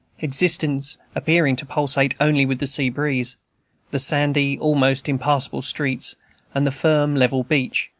existence appearing to pulsate only with the sea-breeze the sandy, almost impassable streets and the firm, level beach,